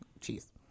cheese